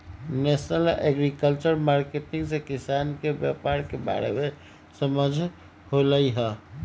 national agriculture market से किसान के व्यापार के बारे में समझ होलई ह